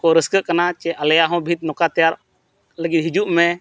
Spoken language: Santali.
ᱠᱚ ᱨᱟᱹᱥᱠᱟᱹᱜ ᱠᱟᱱᱟ ᱡᱮ ᱟᱞᱮᱭᱟᱜ ᱦᱚᱸ ᱵᱷᱤᱛ ᱱᱚᱝᱠᱟ ᱛᱮᱭᱟᱨ ᱞᱟᱹᱜᱤᱫ ᱦᱤᱡᱩᱜᱢᱮ